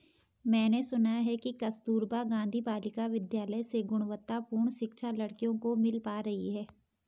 मैंने सुना है कि कस्तूरबा गांधी बालिका विद्यालय से गुणवत्तापूर्ण शिक्षा लड़कियों को मिल पा रही है